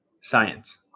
science